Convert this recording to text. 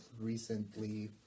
recently